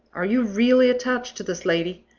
are you really attached to this lady?